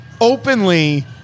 openly